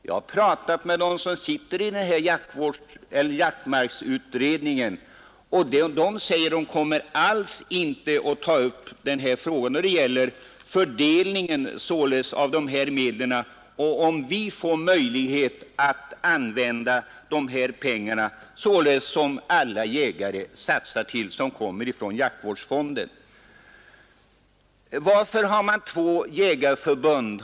Jag har talat med dem som sitter med i jaktmarksutredningen och fått till svar att denna alls inte kommer att ta upp problem, som sammanhänger med fördelningen av jaktvårdsfondens medel — pengar som alla jägare är med om att betala in. Många har frågat mig om varför vi har två jägarförbund.